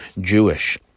Jewish